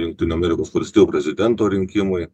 jungtinių amerikos valstijų prezidento rinkimai